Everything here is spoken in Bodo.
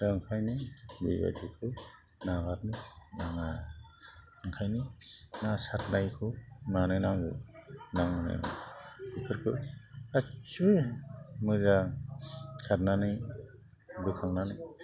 दा ओंखायनो बेबायदिखौ नागारनो नाङा ओंखायनो ना सारनायखौ मानो नांगौ बेफोरखौ गासिबो मोजां सारनानै बोखांनानै